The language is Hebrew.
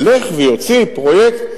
ילך ויוציא פרויקט.